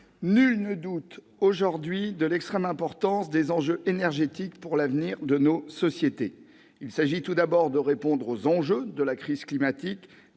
nul ne doute aujourd'hui de l'extrême importance des enjeux énergétiques pour l'avenir de nos sociétés. Il s'agit tout d'abord de répondre aux enjeux de la crise climatique,